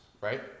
right